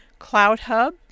CloudHub